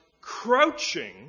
crouching